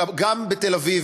אלא גם בתל-אביב,